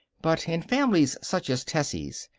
but in families such as tessie's,